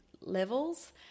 levels